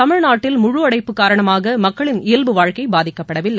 தமிழ்நாட்டில் முழு அடைப்பு காரணமாக மக்களின் இயல்பு வாழ்க்கை பாதிக்கப்படவில்லை